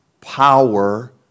power